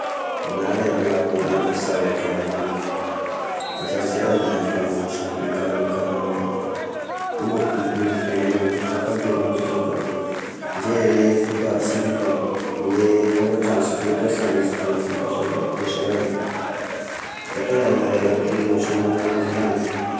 Nahare rahaly hoe niakitry zao eh karamagnao, mba zarazaray izy nda hoe ahoagna samy hiakarany karama, io ako vidin'ny fiainanao, sakafo eh ny andro zao da, ,ndre eh tô- bary sy vita, ny hofa-tragno sy voaloha sana izy ity amy ity fahasahirana fahasahirana ity, zakay iaho nda i lakile iao samy magnana ny volagny.